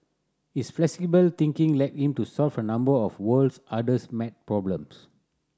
his flexible thinking led him to solve a number of world's hardest maths problems